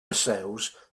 missiles